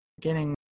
beginning